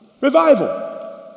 Revival